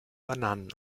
bananen